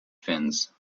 finns